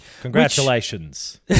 Congratulations